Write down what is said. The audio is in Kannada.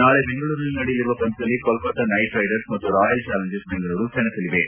ನಾಳೆ ಬೆಂಗಳೂರಿನಲ್ಲಿ ನಡೆಯಲಿರುವ ಪಂದ್ದದಲ್ಲಿ ಕೋಲ್ಕತಾ ನೈಟ್ ರೈಡರ್ಸ್ ಮತ್ತು ರಾಯಲ್ ಚಾಲೆಂಜರ್ಸ್ ಬೆಂಗಳೂರು ಸೆಣಸಲಿವೆ